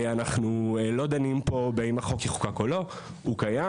אנחנו לא דנים פה באם החוק יחוקק או לא, הוא קיים.